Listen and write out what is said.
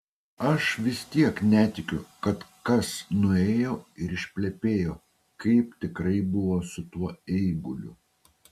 aš vis tiek netikiu kad kas nuėjo ir išplepėjo kaip tikrai buvo su tuo eiguliu